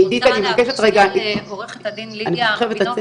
אני מבקשת את עורכת הדין לידיה רבינוביץ,